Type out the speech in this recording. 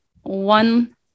one